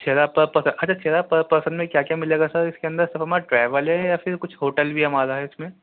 چھ ہزار پر پرسن اچھا چھ ہزار پرسن میں کیا کیا ملے گا سر اس کے اندر صرف ہمارا ٹریول ہے یا پھر کچھ ہوٹل بھی ہے ہمارا ہے اس میں